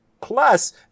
Plus